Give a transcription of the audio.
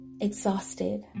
exhausted